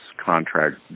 contract